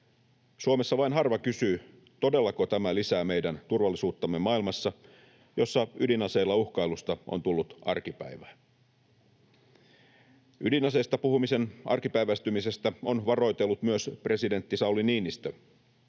Suomessa vain harva kysyy, todellako tämä lisää meidän turvallisuuttamme maailmassa, jossa ydinaseilla uhkailusta on tullut arkipäivää. Ydinaseista puhumisen arkipäiväistymisestä on varoitellut myös presidentti Sauli Niinistö.